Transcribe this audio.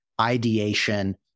ideation